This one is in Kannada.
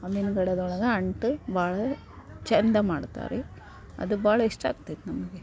ಅಮೀನ್ಗಢದೊಳಗೆ ಅಂಟು ಭಾಳ ಚಂದ ಮಾಡ್ತಾರೆ ರೀ ಅದು ಭಾಳ ಇಷ್ಟ ಆಗ್ತೈತೆ ನಮಗೆ